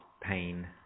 pain